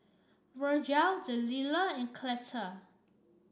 Virgel Delilah and Cleta